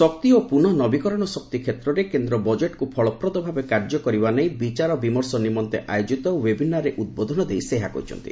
ଶକ୍ତି ଓ ପ୍ରନଃ ନବୀକରଣ ଶକ୍ତି କ୍ଷେତ୍ରରେ କେନ୍ଦ୍ର ବଜେଟ୍କୁ ଫଳପ୍ରଦ ଭାବେ କାର୍ଯ୍ୟ କରିବା ନେଇ ବିଚାର ବିମର୍ଶ ନିମନ୍ତେ ଆୟୋଜିତ ଓ୍ୱେବିନାର୍ରେ ଉଦ୍ବୋଧନ ଦେଇ ସେ ଏହା କହିଛନ୍ତି